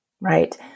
Right